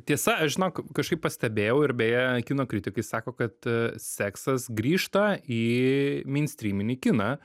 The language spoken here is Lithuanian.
tiesa aš žinok kažkaip pastebėjau ir beje kino kritikai sako kad seksas grįžta į meinstryminį kiną